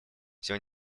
всего